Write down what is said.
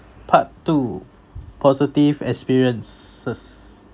part two positive experiences